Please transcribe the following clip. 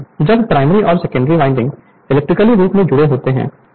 Refer Slide Time 1741 जब primary और secondary winding electrically रूप से जुड़े होते हैं